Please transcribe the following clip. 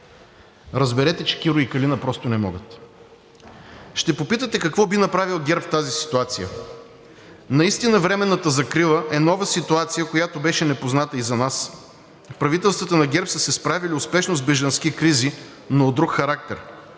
Разберете, че Киро и Калина просто не могат! Ще попитате какво би направил ГЕРБ в тази ситуация? Наистина временната закрила е нова ситуация, която беше непозната и за нас. Правителствата на ГЕРБ са се справяли успешно с бежански кризи, но от друг характер.